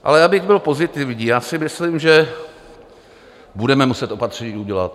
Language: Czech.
Ale abych byl pozitivní: já si myslím, že budeme muset opatření udělat.